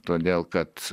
todėl kad